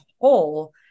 whole